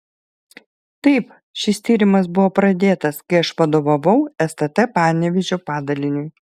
taip šis tyrimas buvo pradėtas kai aš vadovavau stt panevėžio padaliniui